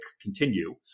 continue